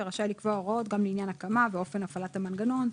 ורשאי לקבוע הוראות גם לעניין הקמה ואופן הפעלת המנגנון".